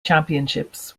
championships